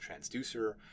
transducer